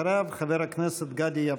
אחריו, חבר הכנסת גדי יברקן.